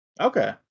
Okay